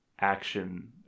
action